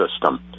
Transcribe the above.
system